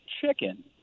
chicken